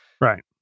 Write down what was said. Right